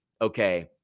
okay